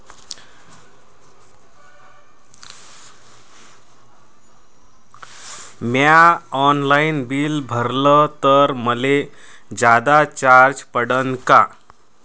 म्या online bill भरलं तर मले जादा चार्ज पडन का?